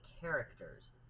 characters